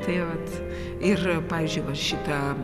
tai vat ir pavyzdžiui va šitą